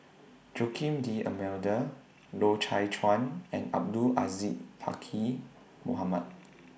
Joaquim D'almeida Loy Chye Chuan and Abdul Aziz Pakkeer Mohamed